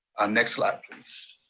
next slide please.